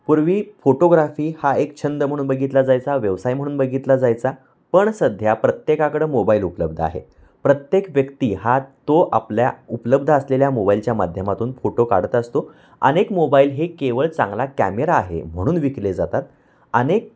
पूर्वी फोटोग्राफी हा एक छंद म्हणून बघितला जायचा व्यवसाय म्हणून बघितला जायचा पण सध्या प्रत्येकाकडं मोबाईल उपलब्ध आहे प्रत्येक व्यक्ती हा तो आपल्या उपलब्ध असलेल्या मोबाईलच्या माध्यमातून फोटो काढत असतो अनेक मोबाईल हे केवळ चांगला कॅमेरा आहे म्हणून विकले जातात अनेक